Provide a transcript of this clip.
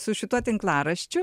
su šituo tinklaraščiu